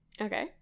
Okay